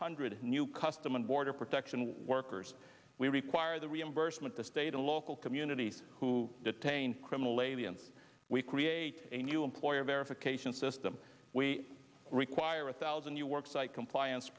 hundred new custom and border protection workers we require the reimbursement the state and local communities who detain criminal aliens we create a new employer verification system we require a thousand new work site compliance